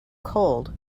cold